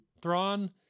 Thrawn